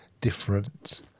different